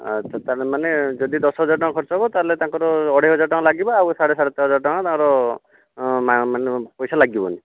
ଆଚ୍ଛା ତା ହେଲେ ମାନେ ଯଦି ଦଶ ହଜାର ଟଙ୍କା ଖର୍ଚ୍ଚ ହେବ ତା ହେଲେ ତାଙ୍କର ଅଢ଼େଇ ହଜାର ଟଙ୍କା ଲାଗିବ ଆଉ ସାଢ଼େ ସାତ ହଜାର ଟଙ୍କା ତାଙ୍କର ମାନେ ପଇସା ଲାଗିବନି